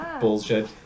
bullshit